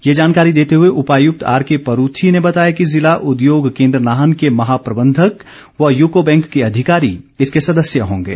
ये जानकारी देते हुए उपायुक्त आर के परूथी ने बताया कि जिला उद्योग केन्द्र नाहन के महा प्रबंधक व यूको बैंक के अधिकारी इसके सदस्य होंगे